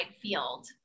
field